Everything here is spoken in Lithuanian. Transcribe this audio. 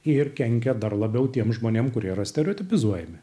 ir kenkia dar labiau tiems žmonėms kurie yra stereotipizuojami